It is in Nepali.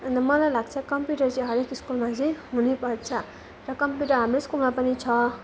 अन्त मलाई लाग्छ कम्प्युटर चाहिँ हरेक स्कुलमा चाहिँ हुनैपर्छ र कम्प्युटर हाम्रो स्कुलमा पनि छ